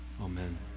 Amen